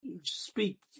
speak